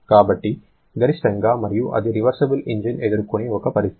కాబట్టి గరిష్టంగా మరియు ఇది రివర్సిబుల్ ఇంజిన్ ఎదుర్కునే ఒక పరిస్థితి